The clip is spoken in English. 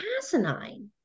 asinine